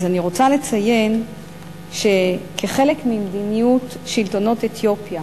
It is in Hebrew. אז אני רוצה לציין שכחלק ממדיניות שלטונות אתיופיה,